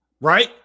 right